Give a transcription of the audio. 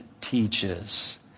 teaches